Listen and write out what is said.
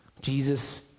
Jesus